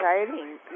exciting